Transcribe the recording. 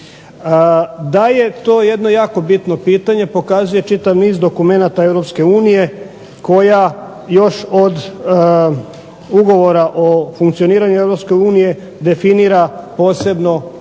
Da je to jedno jako bitno pitanje pokazuje čitav niz dokumenata Europske unije koja još od ugovora o funkcioniranju Europske unije definira posebno